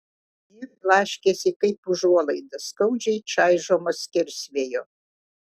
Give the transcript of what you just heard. ji blaškėsi kaip užuolaida skaudžiai čaižoma skersvėjo